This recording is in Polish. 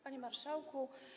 Panie Marszałku!